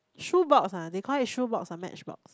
shoe box they call a shoe box not match box